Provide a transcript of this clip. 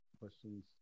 questions